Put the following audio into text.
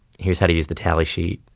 here's how to use the tally sheet.